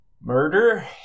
Murder